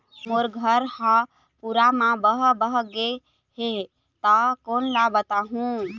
मोर घर हा पूरा मा बह बह गे हे हे ता कोन ला बताहुं?